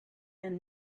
and